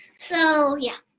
so. yeah.